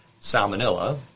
salmonella